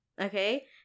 okay